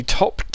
top